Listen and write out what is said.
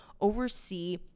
oversee